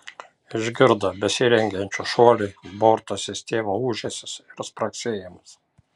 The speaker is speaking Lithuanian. išgirdo besirengiančių šuoliui borto sistemų ūžesius ir spragsėjimus